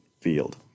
field